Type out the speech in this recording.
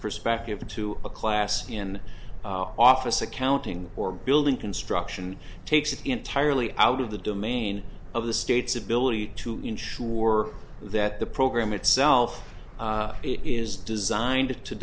perspective to a class in office accounting or building construction takes it entirely out of the domain of the state's ability to ensure that the program itself is designed to